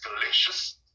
delicious